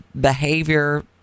behavior